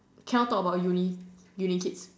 cannot talk about uni uni kids